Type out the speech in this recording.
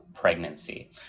pregnancy